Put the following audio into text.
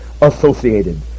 associated